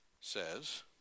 says